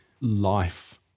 life